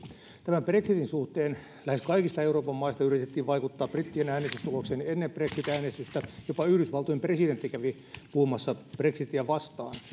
tämän brexitin suhteen lähes kaikista euroopan maista yritettiin vaikuttaa brittien äänestystulokseen ennen brexit äänestystä jopa yhdysvaltojen presidentti kävi puhumassa brexitiä vastaan